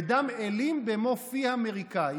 "ודם אילים במו פיה מריקה"